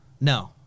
no